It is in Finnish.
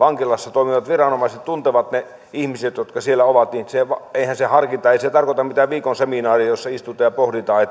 vankilassa toimivat viranomaiset tuntevat ne ihmiset jotka siellä ovat eihän se harkinta tarkoita mitään viikon seminaaria jossa istutaan ja pohditaan